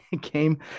game